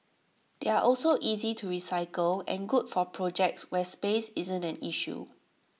they are also easy to recycle and good for projects where space isn't an issue